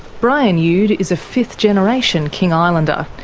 brian youd is a fifth generation king islander.